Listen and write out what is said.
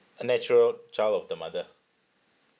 a natural child of the mother